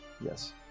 Yes